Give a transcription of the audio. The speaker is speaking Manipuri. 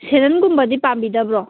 ꯁꯦꯟꯗꯜꯒꯨꯝꯕꯗꯤ ꯄꯥꯝꯕꯤꯗꯕ꯭ꯔꯣ